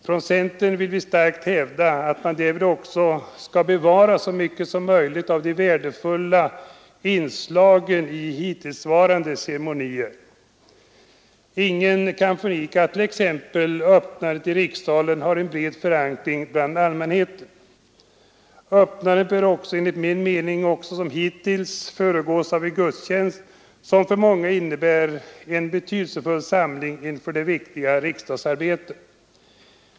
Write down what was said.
Från centern vill vi starkt hävda att man därvid också skall bevara så mycket som möjligt av de värdefulla inslagen i de hittillsvarande öppningscerem onierna. Ingen kan förneka attt.ex. öppnandet i rikssalen har en bred förankring bland allmänheten. Enligt min mening bör öppnandet också som hittills föregås av gudstjänst, som för många innebär en betydelsefull samling inför det viktiga riksdagsarbetet.